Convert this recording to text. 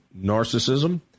narcissism